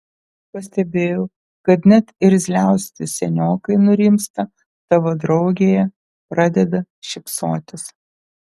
pastebėjau kad net irzliausi seniokai nurimsta tavo draugėje pradeda šypsotis